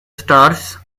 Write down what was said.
stars